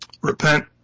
Repent